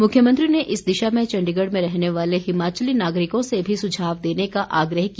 मुख्यमंत्री ने इस दिशा में चण्डीगढ़ में रहने वाले हिमाचली नागरिकों से भी सुझाव देने का आग्रह किया